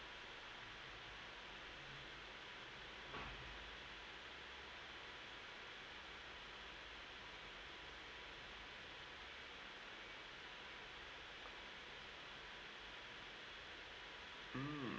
mm